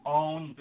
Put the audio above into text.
own